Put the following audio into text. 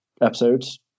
episodes